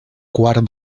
quart